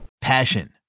Passion